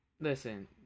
listen